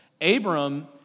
Abram